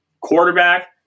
Quarterback